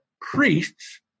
priests